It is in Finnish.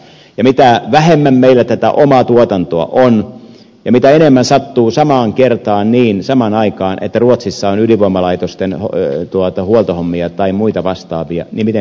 mitä vähemmän meillä tätä omaa tuotantoa on ja mitä enemmän sattuu samaan aikaan niin että ruotsissa on ydinvoimalaitosten huoltohommia tai muita vastaavia niin miten siinä käy